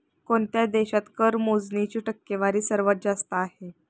कोणत्या देशात कर मोजणीची टक्केवारी सर्वात जास्त आहे?